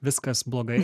viskas blogai